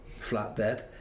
flatbed